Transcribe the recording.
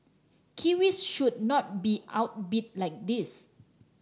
Kiwis should not be outbid like this